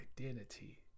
identity